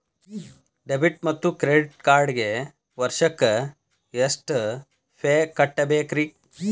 Debit ಮತ್ತು credit ಕಾರ್ಡ್ಗೆ ವರ್ಷಕ್ಕ ಎಷ್ಟ ಫೇ ಕಟ್ಟಬೇಕ್ರಿ?